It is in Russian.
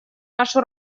нашу